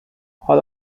all